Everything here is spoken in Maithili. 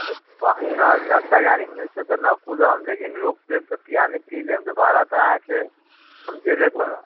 हँ तऽ पऽ नहि चलता गाड़ी मे से तऽ नहि कुदब लेकिन रोकि देब तऽ पानि पी लेब तऽ भाड़ा तऽ अहाँके हम देबे करब